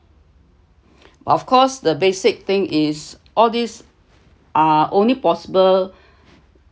but of course the basic thing is all these are only possible